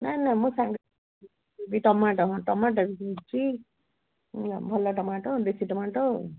ନାଇଁ ନାଇଁ ମୁଁ ବି ଟମାଟୋ ହଁ ଟମାଟୋ ବି ମିଳୁଛି ଭଲ ଟମାଟୋ ଦେଶୀ ଟମାଟୋ